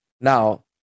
Now